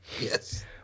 Yes